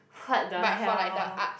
what the hell